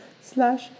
slash